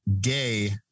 gay